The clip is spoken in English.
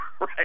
Right